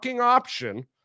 option